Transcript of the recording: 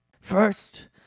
First